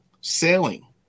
sailing